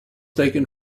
taken